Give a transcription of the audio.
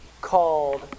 called